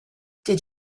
did